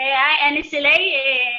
אני סליי,